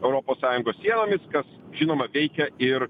europos sąjungos sienomis kas žinoma veikia ir